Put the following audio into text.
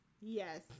Yes